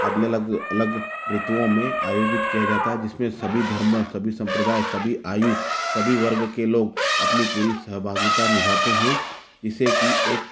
अगले अलग अलग ऋतुओं में आयोजित किया जाता है जिसमें सभी धर्म एवं सभी संप्रदाय सभी आयु सभी वर्ग के लोग अपनी पूरी सहभागिता निभाते हैं इसे कि एक